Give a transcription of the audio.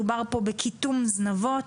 מדובר בקיטום זנבות,